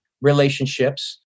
relationships